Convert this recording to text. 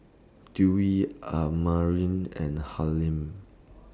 Dewi Amrin and